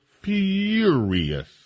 furious